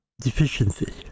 deficiency